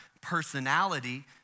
personality